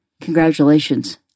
Congratulations